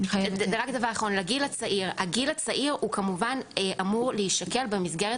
הגיל הצעיר הוא כמובן אמור להישקל במסגרת